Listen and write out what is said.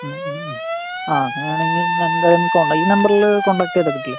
മ് മ് മ് ആ അങ്ങനെയാണെങ്കില് ഇന്ന് എന്തായാലും കോണ്ടാക്ട് ഈ നമ്പരില് കോണ്ടാക്ട് ചെയ്താൽ കിട്ടില്ലേ